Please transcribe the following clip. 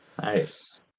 Nice